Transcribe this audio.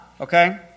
okay